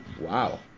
Wow